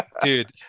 Dude